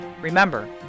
Remember